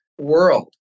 world